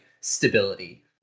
stability